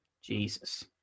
Jesus